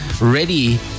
ready